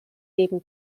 neben